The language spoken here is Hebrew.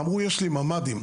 אמרו: יש לי ממ"דים,